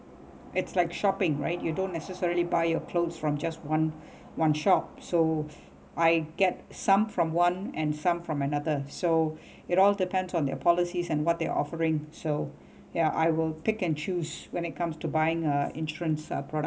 it's like shopping right you don't necessarily buy your clothes from just one one shop so I get some from one and some from another so it all depends on their policies and what they offering so ya I will pick and choose when it comes to buying a insurance uh product